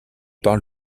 parle